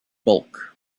bulk